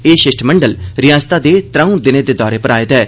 एह षिश्टमंडल रिआसतै दे त्रऊं दिनें दे दौरे पर आए दा ऐ